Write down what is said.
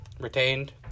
retained